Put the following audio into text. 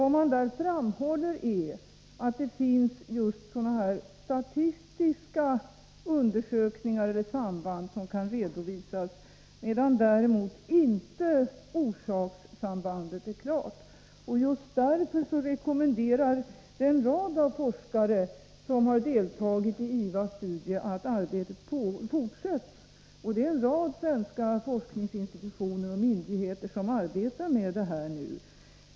Vad man där framfört är att det just är statistiska samband som kan redovisas, medan däremot orsakssambandet inte är klarlagt. Just därför rekommenderar de forskare som deltagit i IVA:s studie att arbetet fortsätts. Det är också en rad svenska forskningsinstitutioner och myndigheter som nu arbetar med detta.